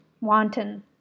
Wanton